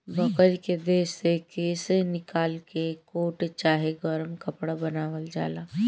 बकरी के देह से केश निकाल के कोट चाहे गरम कपड़ा बनावल जाला